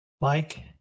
Mike